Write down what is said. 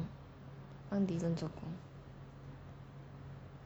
帮作工